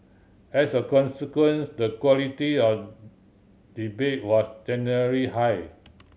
as a consequence the quality of debate was generally high